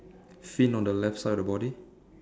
fin on the left side of body